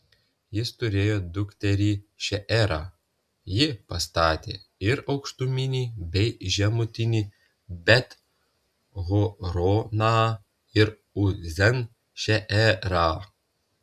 jis turėjo dukterį šeerą ji pastatė ir aukštutinį bei žemutinį bet horoną ir uzen šeerą